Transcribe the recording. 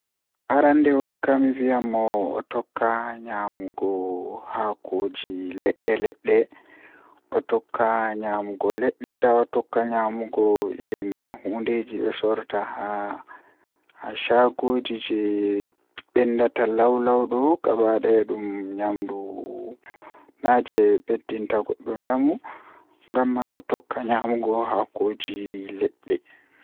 Arandewol kam mi wiyan mo o tokka nyamugo haakooji ledde ledde o tokka nyamugo ledde taa otokka nyamugo hundeeji be sorata haa shagooji jei bendata lawlaw do wadan dum naa nyamdu jei beddinda goddo njamu ngamman o tokka nyamugo haakooji ledde